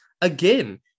again